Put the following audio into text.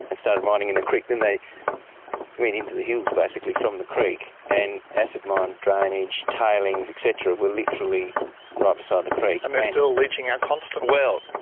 and started mining in the creek. and then they went into the hills basically from the creek, and acid mine drainage, tailings et cetera were literally right beside the creek. and they're still leaching out constantly? well,